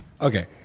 Okay